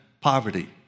poverty